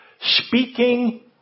speaking